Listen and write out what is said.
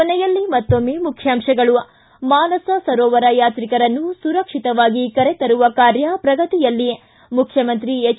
ಕೊನೆಯಲ್ಲಿ ಮತ್ತೊಮ್ಮೆ ಮುಖ್ಯಾಂಶಗಳು ಮಾನಸ ಸರೋವರ ಯಾತ್ರಿಕರನ್ನು ಸುರಕ್ಷಿತವಾಗಿ ಕರೆತರುವ ಕಾರ್ಯ ಪ್ರಗತಿಯಲ್ಲಿ ಮುಖ್ಯಮಂತ್ರಿ ಎಚ್